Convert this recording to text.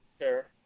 Sure